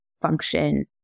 function